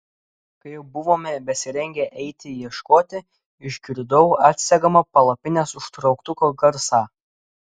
kai jau buvome besirengią eiti ieškoti išgirdau atsegamo palapinės užtrauktuko garsą